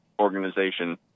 organization